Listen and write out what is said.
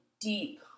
deep